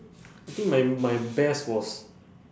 I think my my best was